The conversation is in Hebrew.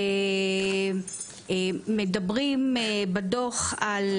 מדברים בדוח על